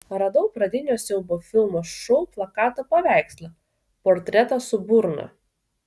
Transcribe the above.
radau pradinio siaubo filmo šou plakato paveikslą portretą su burna